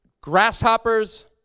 grasshoppers